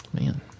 Man